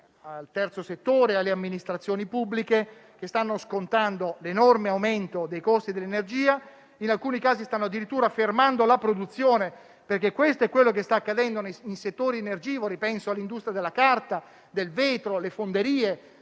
al terzo settore e alle amministrazioni pubbliche, che stanno scontando l'enorme aumento dei costi dell'energia e in alcuni casi stanno addirittura fermando la produzione: questo è quello che sta accadendo in settori energivori, come ad esempio l'industria della carta, del vetro, le fonderie